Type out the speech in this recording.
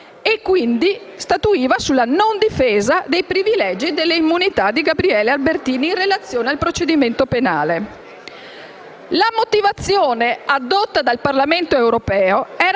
quindi statuiva sulla non difesa dei privilegi e delle immunità di Gabriele Albertini in relazione al procedimento penale. La motivazione addotta dal Parlamento europeo era